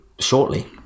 shortly